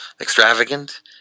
extravagant